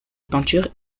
peintures